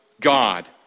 God